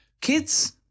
Kids